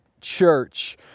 Church